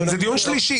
זה דיון שלישי.